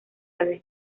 tarde